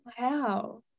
Wow